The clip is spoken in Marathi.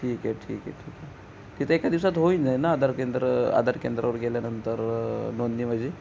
ठीक आहे ठीक आहे ठीक आहे तिथे एका दिवसात होईन ना आधार केंद्र आधार केंद्रावर गेल्यानंतर नोंदणी माझी